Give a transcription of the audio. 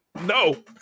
No